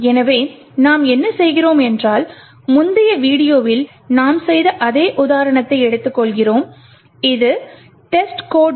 எனவே நாம் என்ன செய்கிறோம் என்றால் முந்தைய வீடியோவில் நாம் செய்த அதே உதாரணத்தை எடுத்துக்கொள்கிறோம் இது testcode